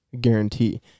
guarantee